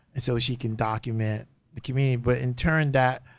so she can document the community but in turn that,